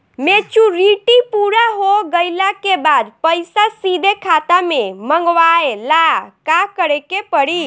Maturity पूरा हो गइला के बाद पईसा सीधे खाता में मँगवाए ला का करे के पड़ी?